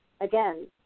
again